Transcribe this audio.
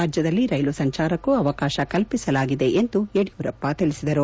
ರಾಜ್ಯದಲ್ಲಿ ರೈಲು ಸಂಚಾರಕ್ಕೂ ಅವಕಾಶ ಕಲ್ಪಿಸಲಾಗಿದೆ ಎಂದು ಯಡಿಯೂರಪ್ಪ ತಿಳಿಸಿದರು